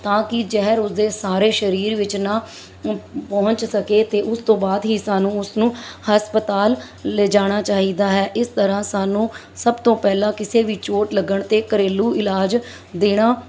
ਤਾਂ ਕਿ ਜ਼ਹਿਰ ਉਸਦੇ ਸਾਰੇ ਸਰੀਰ ਵਿੱਚ ਨਾ ਪਹੁੰਚ ਸਕੇ ਅਤੇ ਉਸ ਤੋਂ ਬਾਅਦ ਹੀ ਸਾਨੂੰ ਉਸਨੂੰ ਹਸਪਤਾਲ ਲਿਜਾਣਾ ਚਾਹੀਦਾ ਹੈ ਇਸ ਤਰ੍ਹਾਂ ਸਾਨੂੰ ਸਭ ਤੋਂ ਪਹਿਲਾਂ ਕਿਸੇ ਵੀ ਚੋਟ ਲੱਗਣ 'ਤੇ ਘਰੇਲੂ ਇਲਾਜ ਦੇਣਾ